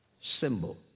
symbol